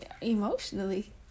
Emotionally